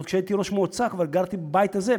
גם כשהייתי ראש מועצה גרתי בבית הזה,